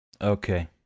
Okay